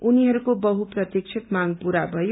उनीहरूको बहुप्रतीक्षित मांग पूरा भयो